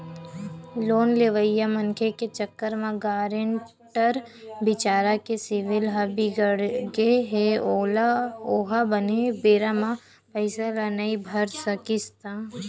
loan लेवइया मनखे के चक्कर म गारेंटर बिचारा के सिविल ह बिगड़गे हे ओहा बने बेरा म पइसा ल नइ भर सकिस त